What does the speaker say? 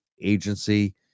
agency